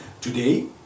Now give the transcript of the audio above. today